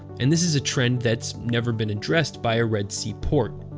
and this is a trend that's never been addressed by a red sea port.